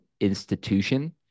institution